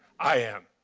i am.